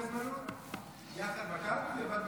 יחד בקלפי, לבד בקופה,